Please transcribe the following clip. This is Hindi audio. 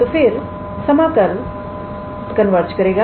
तो फिर समाकलa∞𝑓𝑥𝑑𝑥 कन्वर्ज करेगा